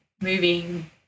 moving